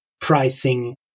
pricing